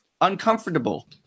uncomfortable